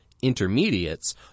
intermediates